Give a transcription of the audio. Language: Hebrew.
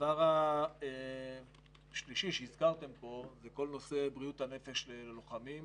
הדבר השלישי שהזכרתם פה הוא כל נושא בריאות הנפש ללוחמים.